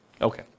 okay